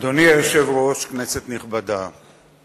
אדוני היושב-ראש, כנסת נכבדה,